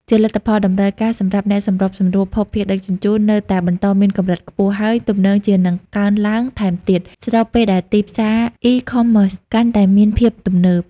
ជាលទ្ធផល តម្រូវការសម្រាប់អ្នកសម្របសម្រួលភស្តុភារដឹកជញ្ជូននៅតែបន្តមានកម្រិតខ្ពស់ ហើយទំនងជានឹងកើនឡើងថែមទៀត ស្របពេលដែលទីផ្សារ E-commerce កាន់តែមានភាពទំនើប។